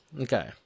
Okay